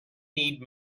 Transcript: need